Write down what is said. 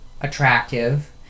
attractive